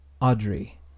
Audrey